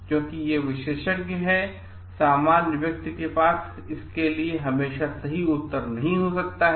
क्योंकि ये विशेषज्ञ हैं और सामान्य व्यक्ति के पास इसके लिए हमेशा सही उत्तर नहीं हो सकता है